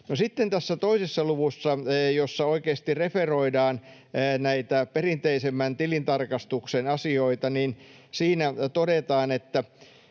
toisessa luvussa, jossa oikeasti referoidaan näitä perinteisemmän tilintarkastuksen asioita, todetaan: